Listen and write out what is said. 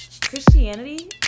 Christianity